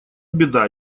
беда